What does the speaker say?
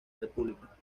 república